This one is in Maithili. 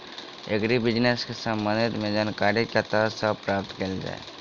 एग्री बिजनेस केँ संबंध मे जानकारी कतह सऽ प्राप्त कैल जाए?